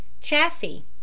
Chaffee